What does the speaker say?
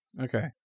Okay